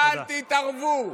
אל תתערבו.